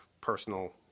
personal